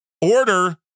order